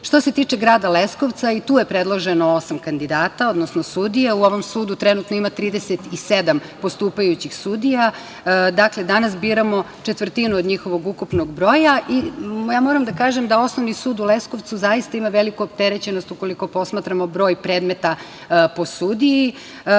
se tiče grada Leskovca, i tu je predloženo osam kandidata, odnosno sudija. U ovom sudu trenutno ima 37 postupajućih sudija. Dakle, danas biramo četvrtinu od njihovog ukupnog broja i ja moram da kažem da Osnovni sud u Leskovcu zaista ima veliku opterećenost ukoliko posmatramo broj predmeta po sudiji.